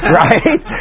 right